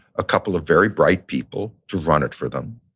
a couple of very bright people to run it for them.